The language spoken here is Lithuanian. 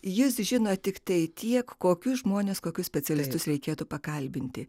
jis žino tiktai tiek kokius žmones kokius specialistus reikėtų pakalbinti